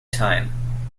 time